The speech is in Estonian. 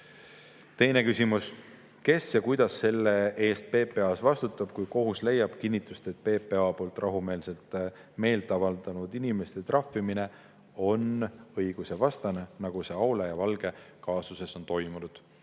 Teine küsimus: "Kes ja kuidas selle eest PPA-s vastutab, kui kohtus leiab kinnitust, et PPA poolt rahumeelselt meelt avaldanud inimeste trahvimine oli õigusvastane, nagu see Aule ja Valge kaasuses on toimunud?